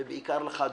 ובעיקר לך,